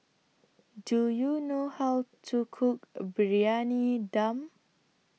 Do YOU know How to Cook A Briyani Dum